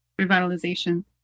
revitalization